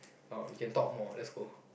or we can talk more let's go